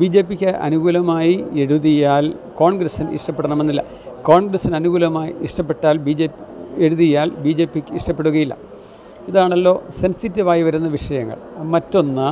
B J പിക്ക് അനുകൂലമായി എഴുതിയാൽ കോൺഗ്രസ്സിന് ഇഷ്ടപ്പെടണമെന്നില്ല കോൺഗ്രസ്സിന് അനുകൂലമായി ഇഷ്ടപ്പെട്ടാൽ എഴുതിയാൽ ബി ജെ പിക്ക് ഇഷ്ടപ്പെടുകയില്ല ഇതാണല്ലോ സെൻസിറ്റീവായി വരുന്ന വിഷയങ്ങൾ മറ്റൊന്ന്